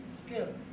skill